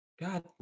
god